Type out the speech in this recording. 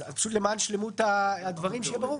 פשוט למען שלמות הדברים שיהיה ברור,